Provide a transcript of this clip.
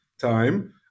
time